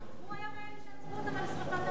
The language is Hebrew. הוא היה מאלה שעצרו אותם על שרפת המסגד.